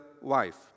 wife